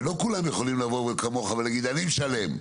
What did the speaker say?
ולא כולם יכולים לבוא כמוך ולהגיד: אני משלם.